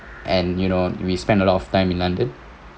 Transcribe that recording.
and you know we spend a lot of time in london